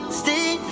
stay